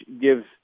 gives